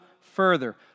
further